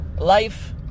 Life